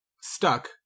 stuck